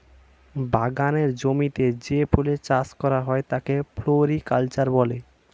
বাগানের জমিতে যে ফুলের চাষ করা হয় তাকে ফ্লোরিকালচার বলে